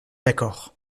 d’accord